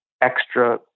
extra